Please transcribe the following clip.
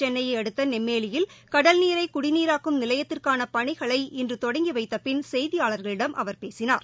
சென்னையை அடுத்த நெம்மேலியில் கடல் நீரை குடிநீராக்கும் நிலையத்திற்கான பணிகளை இன்று தொடங்கி வைத்த பின் செய்தியாளர்களிடம் அவர் பேசினார்